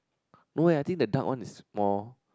no eh I think the dark one is more